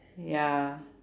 ya